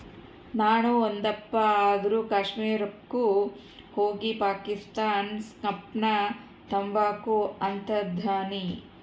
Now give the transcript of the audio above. ನಾಣು ಒಂದಪ್ಪ ಆದ್ರೂ ಕಾಶ್ಮೀರುಕ್ಕ ಹೋಗಿಪಾಶ್ಮಿನಾ ಸ್ಕಾರ್ಪ್ನ ತಾಂಬಕು ಅಂತದನಿ